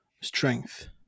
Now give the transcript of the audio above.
strength